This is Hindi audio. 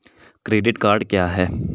क्रेडिट कार्ड क्या है?